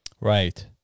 Right